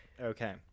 Okay